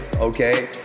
okay